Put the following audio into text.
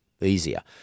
easier